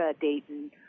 Dayton